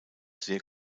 sehr